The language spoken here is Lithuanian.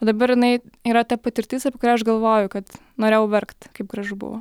dabar jinai yra ta patirtis apie kurią aš galvoju kad norėjau verkt kaip gražu buvo